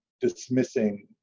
dismissing